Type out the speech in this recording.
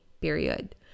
period